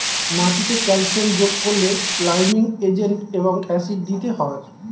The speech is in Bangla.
মাটিতে ক্যালসিয়াম যোগ করলে লাইমিং এজেন্ট এবং অ্যাসিড দিতে হয়